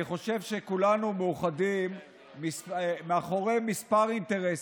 אני חושב שכולנו מאוחדים מאחורי כמה אינטרסים,